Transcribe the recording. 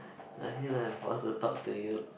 I feel like I'm forced to talk to you